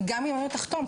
גם אם האימא תחתום,